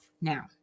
Now